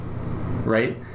Right